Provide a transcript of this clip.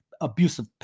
abusive